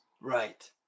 Right